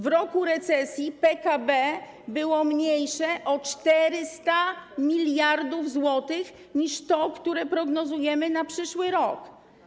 W roku recesji PKB było mniejsze o 400 mld zł niż to, które prognozujemy na przyszły rok.